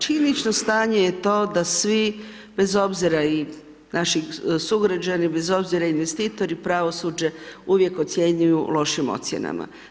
Činjenično stanje je to da svi bez obzira i naši sugrađani, bez obzira investitori pravosuđe uvijek ocjenjuju lošim ocjenama.